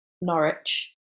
Norwich